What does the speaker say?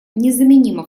незаменима